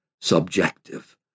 subjective